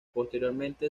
posteriormente